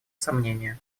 сомнению